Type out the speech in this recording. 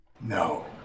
No